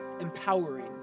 empowering